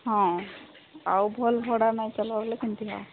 ହଁ ଆଉ ଭଲ୍ ଭଡ଼ା ନାଇଁ ଚାଲାବ ବୋଲି କିମିତ ହେବ